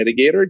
mitigator